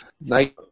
Night